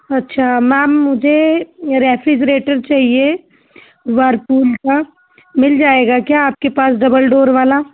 अच्छा मैम मुझे रेफ्रिजरेटर चाहिए वरपूल का मिल जाएगा क्या आपके पास डबल डोर वाला